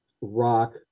rock